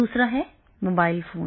दूसरा है mobile phone